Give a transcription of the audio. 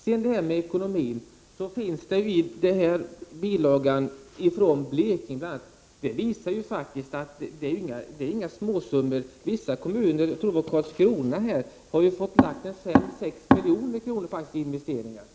Beträffande ekonomin visas i bilagan, bl.a. från Blekinge, att det inte handlar om några småsummor. Vissa kommuner, jag tror att det gäller Karlskrona, har fått lägga ut 5-6 milj.kr. i investeringar.